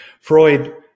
Freud